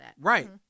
right